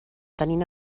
tenint